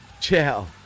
ciao